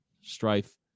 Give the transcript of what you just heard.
strife